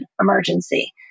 emergency